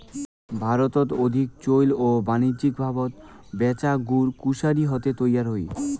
ভারতত অধিক চৈল ও বাণিজ্যিকভাবত ব্যাচা গুড় কুশারি হাতে তৈয়ার হই